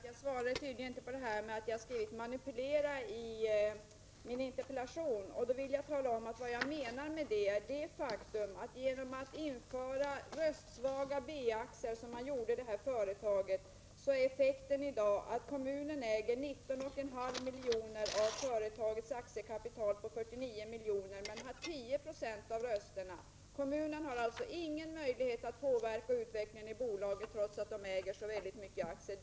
Herr talman! Till Leif Marklund vill jag först säga att eftersom jag tydligen inte svarade på hans fråga varför jag hade skrivit ”manipulera” i min interpellation, skall jag nu tala om vad jag menar med det. Genom att detta företag införde röstsvaga B-aktier är effekten i dag att kommunen äger 19,5 miljoner av företagets aktiekapital på 49 milj.kr. men har 10 96 av rösterna. Kommunen har alltså ingen möjlighet att påverka utvecklingen i bolaget trots att den äger så mycket aktier.